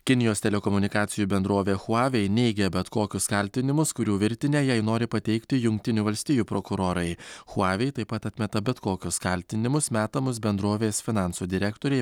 kinijos telekomunikacijų bendrovė huawei neigia bet kokius kaltinimus kurių virtinę jai nori pateikti jungtinių valstijų prokurorai huawei taip pat atmeta bet kokius kaltinimus metamus bendrovės finansų direktorei